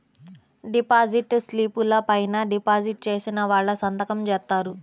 deposit స్లిపుల పైన deposit చేసిన వాళ్ళు సంతకం జేత్తారు